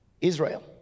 Israel